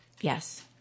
Yes